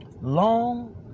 Long